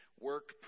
work